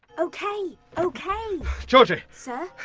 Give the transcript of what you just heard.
ok, ok georgie! sir.